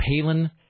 Palin